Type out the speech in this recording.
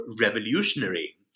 revolutionary